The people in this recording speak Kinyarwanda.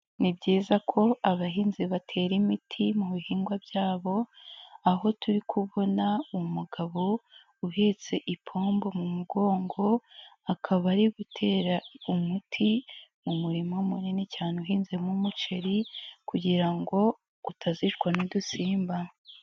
Ni byiza ko abahinzi batera imiti mu bihingwa byabo aho turi kubona umugabo uhetse ipombo mu mugongo, akaba ari gutera umuti mu murima munini cyane uhinzemo umuceri kugira utazicwa n'udusimba.